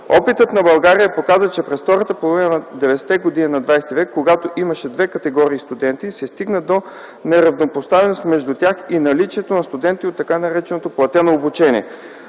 Опитът на България показва, че през втората половина на 90-те години на XX век, когато имаше две категории студенти, се стигна до неравнопоставеност между тях и наличието на студенти от т.нар. „платено обучение”,